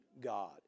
God